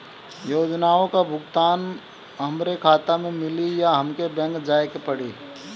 योजनाओ का भुगतान हमरे खाता में मिली या हमके बैंक जाये के पड़ी?